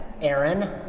Aaron